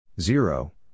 Zero